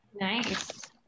Nice